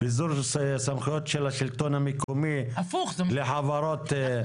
ביזור סמכויות של השלטון המקומי לחברות --- הפוך,